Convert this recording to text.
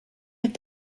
have